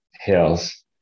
hills